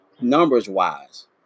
numbers-wise